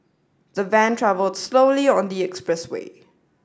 the van travelled slowly on the express way